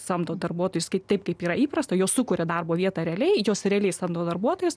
samdo darbuotojus kaip taip kaip yra įprasta jo sukuria darbo vietą realiai jos realiai samdo darbuotojus